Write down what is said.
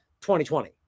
2020